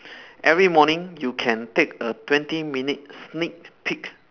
every morning you can take a twenty minute sneak peek